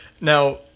Now